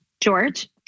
George